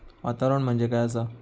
वातावरण म्हणजे काय असा?